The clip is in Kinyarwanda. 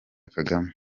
kagame